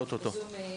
תודה.